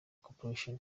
corporation